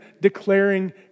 declaring